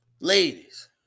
ladies